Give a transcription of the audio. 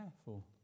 careful